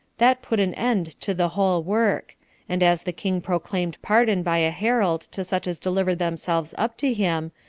that put an end to the whole work and as the king proclaimed pardon by a herald to such as delivered themselves up to him,